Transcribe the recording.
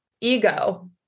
ego